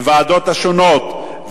בוועדות השונות,